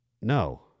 no